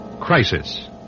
Crisis